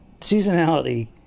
seasonality